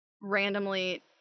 randomly